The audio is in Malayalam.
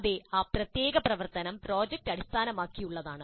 അതെ ആ പ്രത്യേക പ്രവർത്തനം പ്രോജക്റ്റ് അടിസ്ഥാനമാക്കിയുള്ളതാണ്